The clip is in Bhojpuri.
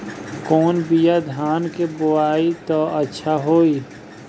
कौन बिया धान के बोआई त अच्छा होई?